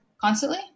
constantly